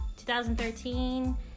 2013